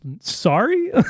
Sorry